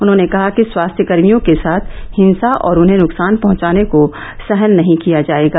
उन्होंने कहा कि स्वास्थ्यकर्मियों के साथ हिंसा और उन्हें नुकसान पहंचाने को सहन नहीं किया जाएगा